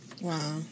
Wow